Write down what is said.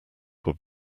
would